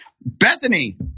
Bethany